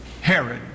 Herod